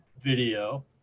video